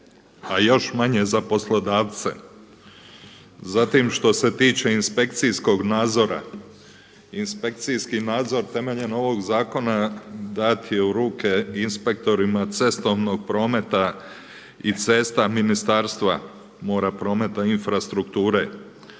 a još manje za poslodavce. Zatim što se tiče inspekcijskog nadzora, inspekcijski nadzor temeljem ovog zakona dan je u ruke inspektorima cestovnog prometa i cesta Ministarstva mora, prometa i infrastrukture